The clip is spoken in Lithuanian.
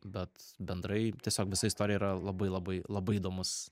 bet bendrai tiesiog visa istorija yra labai labai labai įdomus